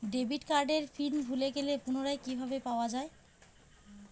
Debit কার্ডের PIN ভুলে গেলে পুনরায় কিভাবে পাওয়া য়ায়?